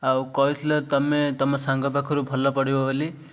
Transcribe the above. ଆଉ କହିଥିଲେ ତୁମେ ତୁମ ସାଙ୍ଗ ପାଖରୁ ଭଲ ପଡ଼ିବ ବୋଲି